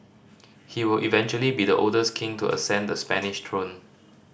he will eventually be the oldest king to ascend the Spanish throne